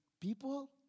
people